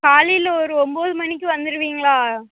காலையில ஒரு ஒம்பது மணிக்கு வந்துருவீங்களா